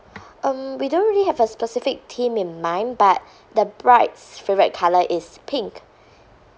um we don't really have a specific theme in mind but the bride's favourite colour is pink